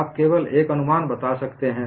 आप केवल एक अनुमान बता सकते हैं